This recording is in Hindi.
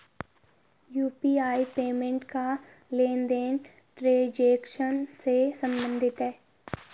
यू.पी.आई पेमेंट का लेनदेन ट्रांजेक्शन से सम्बंधित है